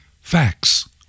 facts